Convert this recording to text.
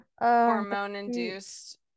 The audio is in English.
hormone-induced